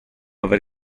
aver